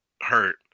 hurt